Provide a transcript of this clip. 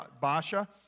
Basha